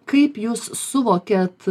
kaip jūs suvokėt